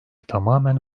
tamamen